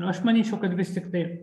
aš manyčiau kad vis tiktai